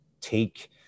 take